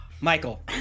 Michael